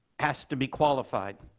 has to be qualified.